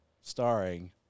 starring